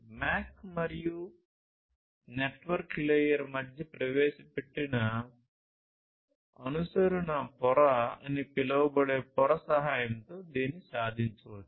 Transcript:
MAC మరియు network layer మధ్య ప్రవేశపెట్టిన అనుసరణ పొర అని పిలువబడే పొర సహాయంతో దీనిని సాధించవచ్చు